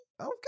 okay